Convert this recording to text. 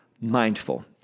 mindful